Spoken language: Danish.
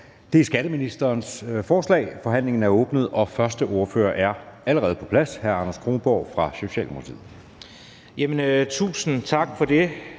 Anden næstformand (Jeppe Søe): Forhandlingen er åbnet, og første ordfører er allerede på plads: hr. Anders Kronborg fra Socialdemokratiet. Kl.